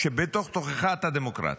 שבתוך תוכך אתה דמוקרט.